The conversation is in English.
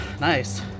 nice